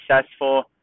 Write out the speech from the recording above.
successful